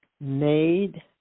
made